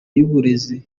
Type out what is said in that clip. y’uburezi